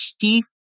chief